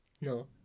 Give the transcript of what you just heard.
No